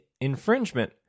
infringement